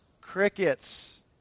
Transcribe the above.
Crickets